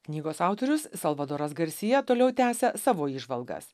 knygos autorius salvadoras garsija toliau tęsia savo įžvalgas